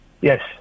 Yes